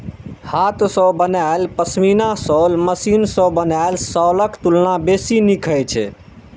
हाथ सं बनायल पश्मीना शॉल मशीन सं बनल शॉलक तुलना बेसी नीक होइ छै